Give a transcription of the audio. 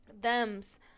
thems